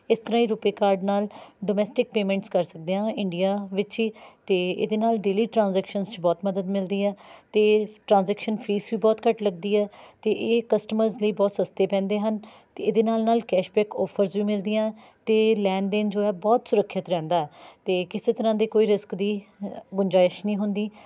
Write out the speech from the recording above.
ਇਸ ਤਰ੍ਹਾਂ ਹੀ ਰੁਪਏ ਕਾਰਡ ਨਾਲ ਡੋਮੇਸਟਿਕ ਪੇਮੈਂਟਸ ਕਰ ਸਕਦੇ ਹਾਂ ਇੰਡੀਆਂ ਵਿੱਚ ਹੀ ਅਤੇ ਇਹਦੇ ਨਾਲ ਡੇਲੀ ਟ੍ਰਾਂਜੇਕਸ਼ਨਜ਼ 'ਚ ਬਹੁਤ ਮੱਦਦ ਮਿਲਦੀ ਹੈ ਅਤੇ ਟ੍ਰਾਂਜੈਕਸਨ ਫ਼ੀਸ ਵੀ ਬਹੁਤ ਘੱਟ ਲੱਗਦੀ ਹੈ ਅਤੇ ਇਹ ਕਸਟਮਰਸ ਲਈ ਬਹੁਤ ਸਸਤੇ ਪੈਂਦੇ ਹਨ ਅਤੇ ਇਹਦੇ ਨਾਲ਼ ਨਾਲ਼ ਕੈਸ਼ਬੈਕ ਔਫ਼ਰਸ ਵੀ ਮਿਲਦੀਆਂ ਹਨ ਅਤੇ ਲੈਣ ਦੇਣ ਜੋ ਹੈ ਬਹੁਤ ਸੁਰੱਖਿਅਤ ਰਹਿੰਦਾ ਹੈ ਅਤੇ ਕਿਸੇ ਤਰ੍ਹਾਂ ਦੀ ਕੋਈ ਰਿਸਕ ਦੀ ਗੁਜਾਇਸ਼ ਨਹੀਂ ਹੁੰਦੀ